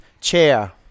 Chair